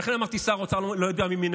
ולכן אמרתי ששר האוצר לא יודע מימינו